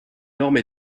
normes